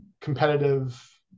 competitive